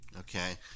Okay